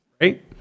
right